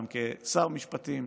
גם כשר משפטים,